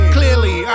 Clearly